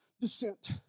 descent